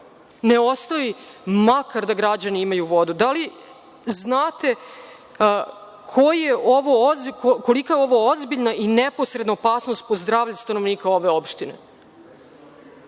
ne ostavi makar da građani imaju vodu. Da li znate kolika je ovo ozbiljna i neposredna opasnost po zdravlje stanovnika ove opštine? Tako